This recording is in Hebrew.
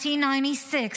1996,